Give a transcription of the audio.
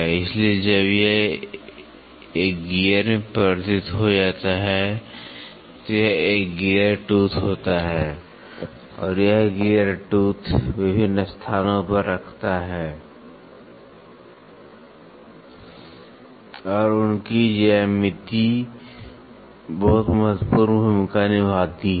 इसलिए जब यह एक गियर में परिवर्तित हो जाता है तो यह एक गियर टूथ होता है और यह गियर टूथ विभिन्न स्थानों पर रखता है और उनकी ज्यामिति बहुत महत्वपूर्ण भूमिका निभाती है